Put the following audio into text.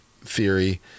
theory